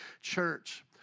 church